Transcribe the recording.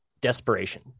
desperation